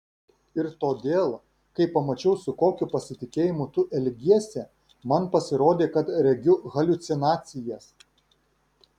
ir todėl kai pamačiau su kokiu pasitikėjimu tu elgiesi man pasirodė kad regiu haliucinacijas